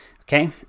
okay